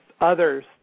others